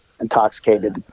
intoxicated